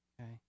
Okay